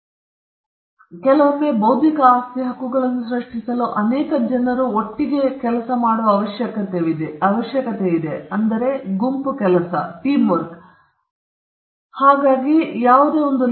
ಮತ್ತು ಕೆಲವೊಮ್ಮೆ ಬೌದ್ಧಿಕ ಆಸ್ತಿ ಹಕ್ಕುಗಳನ್ನು ಸೃಷ್ಟಿಸಲು ಅನೇಕ ಜನರು ಒಟ್ಟಿಗೆ ಬರುವ ಅವಶ್ಯಕತೆಯಿದೆ ವಿಶೇಷವಾಗಿ ನಾವು ಆವಿಷ್ಕಾರಗಳ ಬಗ್ಗೆ ಮಾತನಾಡುವಾಗ ಮತ್ತು ಇಂದು ಒಂದು ಸಂಶೋಧಕನು ತನ್ನ ಗ್ಯಾರೇಜ್ನಲ್ಲಿದ್ದ ದಿನಗಳು ಮತ್ತು ಹೊಸದರೊಂದಿಗೆ ಬರಬಹುದು